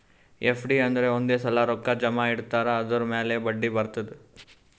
FD ಅಂದುರ್ ಒಂದೇ ಸಲಾ ರೊಕ್ಕಾ ಜಮಾ ಇಡ್ತಾರ್ ಅದುರ್ ಮ್ಯಾಲ ಬಡ್ಡಿ ಬರ್ತುದ್